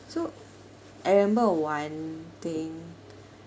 so I remember one thing